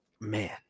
man